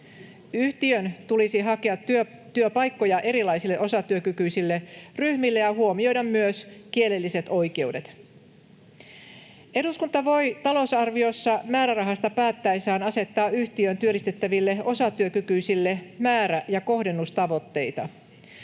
Yhtiön tulisi hakea työpaikkoja erilaisille osatyökykyisille ryhmille ja huomioida myös kielelliset oikeudet. Eduskunta voi talousarviossa määrärahasta päättäessään asettaa yhtiöön työllistettäville osatyökykyisille määrä‑ ja kohdennustavoitteita.